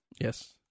Yes